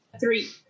Three